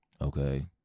Okay